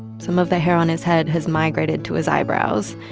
some of the hair on his head has migrated to his eyebrows.